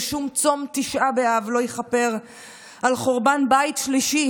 ושום צום תשעה באב לא יכפר על חורבן בית שלישי,